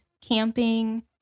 camping